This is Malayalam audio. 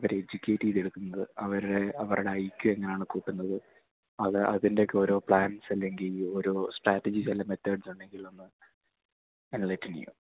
അവരെ എഡ്യൂക്കേറ്റ് ചെയ്ത് എടുക്കുന്നത് അവരുടെ അവരുടെ ഐ ക്യു എങ്ങനെയാണ് കൂട്ടുന്നത് അത് അതിൻ്റെ ഒക്കെ ഓരോ പ്ലാൻസ് അല്ലെങ്കിൽ ഓരോ സ്ട്രാറ്റജിസ് അല്ലേൽ മെത്തെർഡ്സ് ഉണ്ടെങ്കിൽ ഒന്ന് അനലൈസ് ചെയ്യുമോ